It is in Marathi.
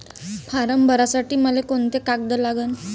फारम भरासाठी मले कोंते कागद लागन?